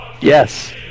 Yes